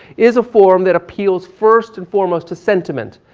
is a form that appeals first and foremost to sentiment,